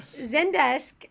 Zendesk